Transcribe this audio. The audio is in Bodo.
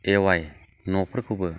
आइ ए अवाइ न' फोरखौबो